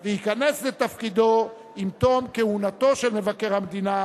והוא ייכנס לתפקידו עם תום כהונתו של מבקר המדינה,